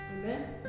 Amen